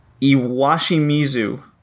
Iwashimizu